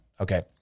okay